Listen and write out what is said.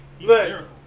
look